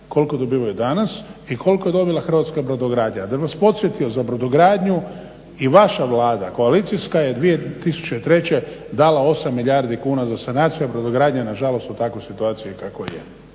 koliko je dobila hrvatska brodogradnja. Da bih vas podsjetio za brodogradnju i vaša Vlada koalicijska je 2003. dala 8 milijardi kuna za sanaciju, a brodogradnja je na žalost u takvoj situaciji u kakvoj je.